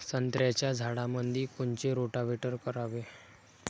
संत्र्याच्या झाडामंदी कोनचे रोटावेटर करावे?